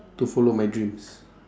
to follow my dreams